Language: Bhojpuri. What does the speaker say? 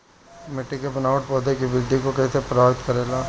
मिट्टी के बनावट पौधों की वृद्धि के कईसे प्रभावित करेला?